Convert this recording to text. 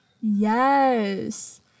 Yes